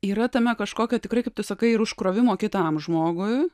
yra tame kažkokio tikrai kaip tu sakai ir užkrovimo kitam žmogui